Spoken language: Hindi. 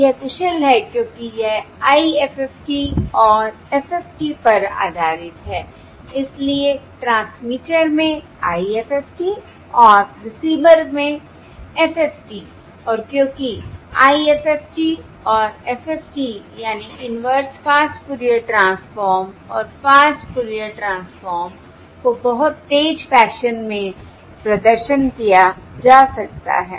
यह कुशल है क्योंकि यह IFFT और FFT पर आधारित है इसलिए ट्रांसमीटर में IFFT और रिसीवर में FFT और क्योंकि IFFT और FFT यानी इन्वर्स फास्ट फूरियर ट्रांसफॉर्म और फास्ट फूरियर ट्रांसफॉर्मर को बहुत तेज फैशन में प्रदर्शन किया जा सकता है